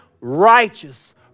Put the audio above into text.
righteous